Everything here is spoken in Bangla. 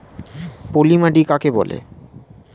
পলি মাটি কাকে বলে?